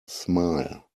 smile